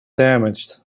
damaged